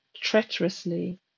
treacherously